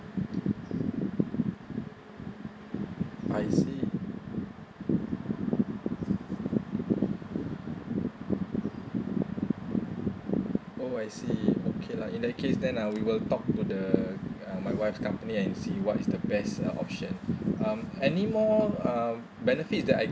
I see oh I see okay lah in that case then uh we'll talk to the uh my wife company and see what is the best uh option um any more um benefit that I